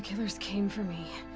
killers came for me.